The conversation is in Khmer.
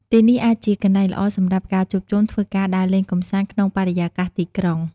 ទីនេះអាចជាកន្លែងល្អសម្រាប់ការជួបជុំ ធ្វើការដើរលេងកម្សាន្តក្នុងបរិយាកាសទីក្រុង។